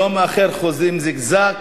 יום אחר חוזרים זיגזג,